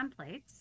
templates